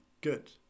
Good